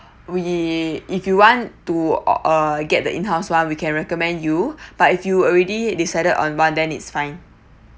we if you want to uh get the in house [one] we can recommend you but if you already decided on then it's fine